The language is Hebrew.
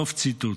סוף ציטוט.